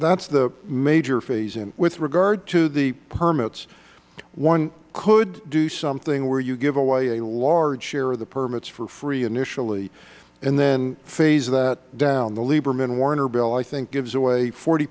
that is the major phase in with regard to the permits one could do something where you give away a large share of the permits for free initially and then phase that down the lieberman warner bill i think gives away forty